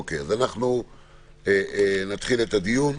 אוקיי, נתחיל את הדיון.